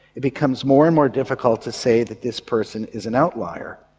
it becomes more and more difficult to say that this person is an outlier.